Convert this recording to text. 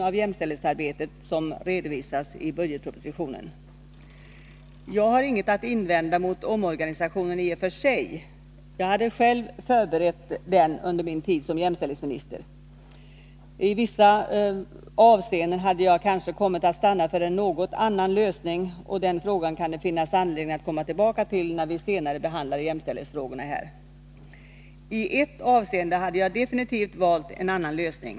till jämställdhets Jag har ingenting att invända mot omorganisationen i och för sig. Jag hade ombudsmannen själv förberett den under min tid som jämställdhetsminister. I vissa avseenden hade jag kanske kommit att stanna för en något annan lösning, och den frågan kan det finnas anledning att komma tillbaka till när vi senare behandlar jämställdhetsfrågorna. I ett avseende hade jag absolut valt en annan lösning.